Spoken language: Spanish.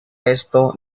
esto